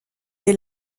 est